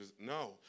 no